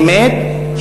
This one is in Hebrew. באמת,